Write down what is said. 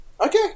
Okay